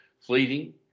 fleeting